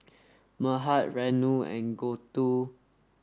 Mahade Renu and Gouthu